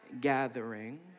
gathering